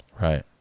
Right